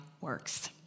works